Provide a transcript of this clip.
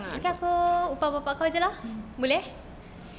nanti aku upah bapa kau aje lah boleh